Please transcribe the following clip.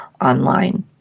online